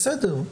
בסדר,